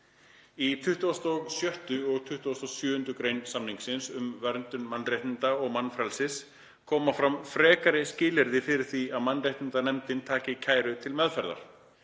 Í 26. og 27. gr. samningsins um verndun mannréttinda og mannfrelsis koma fram frekari skilyrði fyrir því að mannréttindanefndin taki kæru til meðferðar.